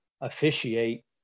officiate